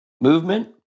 Movement